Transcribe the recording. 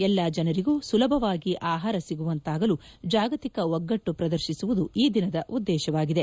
ಎಲ್ಲಾ ಜನರಿಗೂ ಸುಲಭವಾಗಿ ಆಹಾರ ಸಿಗುವಂತಾಗಲು ಜಾಗತಿಕ ಒಗ್ಗಟ್ಟು ಪ್ರದರ್ಶಿಸುವುದು ಈ ದಿನದ ಉದ್ದೇಶವಾಗಿದೆ